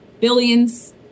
billions